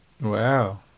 Wow